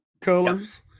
colors